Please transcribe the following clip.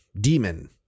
demon